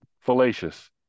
Fallacious